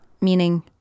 Meaning